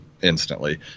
instantly